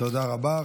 תודה רבה.